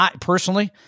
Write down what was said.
Personally